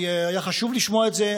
היה חשוב לשמוע את זה.